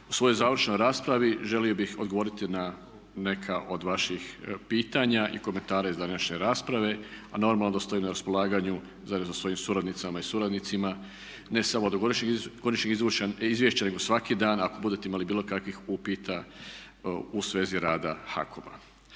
U svojoj završnoj raspravi želio bih odgovoriti na neka od vaših pitanja i komentara iz današnje rasprave, a normalno da stojim na raspolaganju zajedno sa svojim suradnicama i suradnicima ne samo do godišnjeg izvješća nego svako dan. Ako budete imali bilo kakvih upita u svezi rada HAKOM-a.